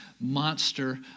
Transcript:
Monster